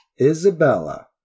isabella